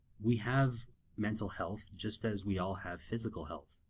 we have mental health, just as we all have physical health.